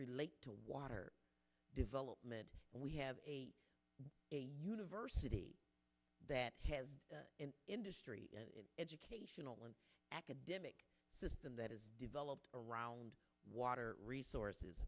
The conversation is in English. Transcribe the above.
relate to water development we have a university that has an industry educational and academic system that is developed around water resources